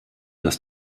dass